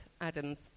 Adams